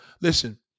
listen